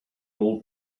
old